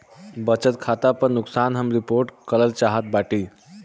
बचत खाता पर नुकसान हम रिपोर्ट करल चाहत बाटी